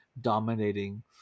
dominating